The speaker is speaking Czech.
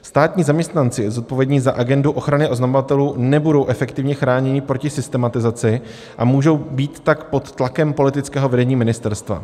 Státní zaměstnanci zodpovědní za agendu ochrany oznamovatelů nebudou efektivně chráněni proti systematizaci a můžou být tak pod tlakem politického vedení ministerstva.